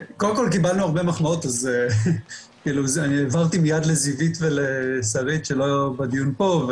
קיבלנו הרבה מחמאות אז העברתי מיד לזיוית ולשרית שלא בדיון פה,